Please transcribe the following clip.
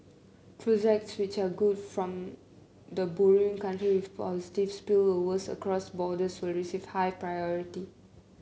projects which are good from the borrowing country with positive spillovers across borders will receive high priority